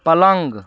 पलंग